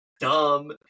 dumb